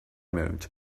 mode